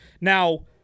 Now